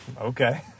Okay